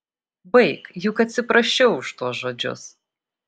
baik juk atsiprašiau už tuos žodžius